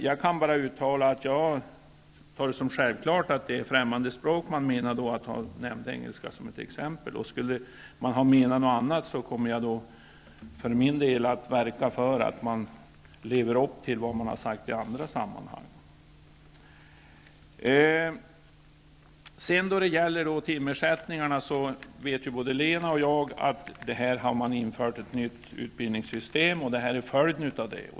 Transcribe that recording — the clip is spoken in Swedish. Jag kan bara uttala att jag ser det som självklart att det är främmande språk man menar och att man nämnt engelska som ett exempel. Skulle man ha menat något annat, så kommer jag för min del att verka för att man lever upp till vad man har sagt i andra sammanhang. När det gäller timersättningarna vet ju både Lena Öhrsvik och jag att man har infört ett nytt utbildningssystem, och det här är följden av det.